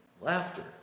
laughter